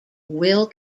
will